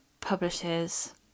publishes